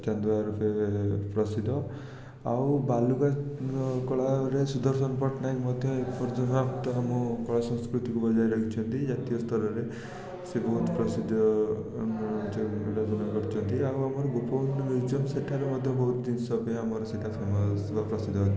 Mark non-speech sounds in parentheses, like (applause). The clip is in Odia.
ଚାନ୍ଦୁଆର ଫେରେ ପ୍ରସିଦ୍ଧ ଆଉ ବାଲୁକା କଳାରେ ସୁଦର୍ଶନ ପଟ୍ଟନାୟକ ମଧ୍ୟ ଏପର୍ଯ୍ୟନ୍ତ ଆମ କଳା ସଂସ୍କୃତିକୁ ବଜାୟ ରଖିଛନ୍ତି ଜାତୀୟ ସ୍ତରରେ ସେ ବହୁତ ପ୍ରସିଦ୍ଧ (unintelligible) କରିଛନ୍ତି ଆଉ ଆମର ଗୋପବନ୍ଧୁ ମ୍ୟୁଜିୟମ୍ ସେଠାରେ ମଧ୍ୟ ବହୁତ ଜିନଷ ପାଇଁ ଆମର ସେଇଟା ଫେମସ୍ ବା ପ୍ରସିଦ୍ଧ